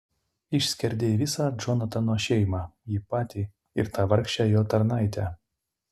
išskerdei visą džonatano šeimą jį patį ir tą vargšę jo tarnaitę